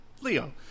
Leo